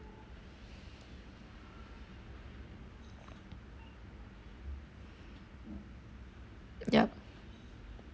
yup